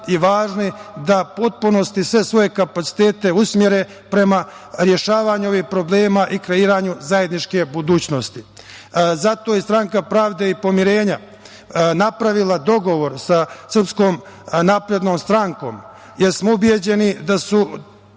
i važni da u potpunosti sve svoje kapacitete usmere prema rešavanju ovih problema i kreiranju zajedničke budućnosti. Zato je Stranka pravde i pomirenja napravila dogovor sa Srpskom naprednom strankom, jer smo ubeđeni da su